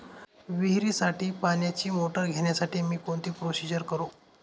विहिरीसाठी पाण्याची मोटर घेण्यासाठी मी कोणती प्रोसिजर करु?